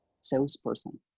salesperson